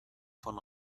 von